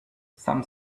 some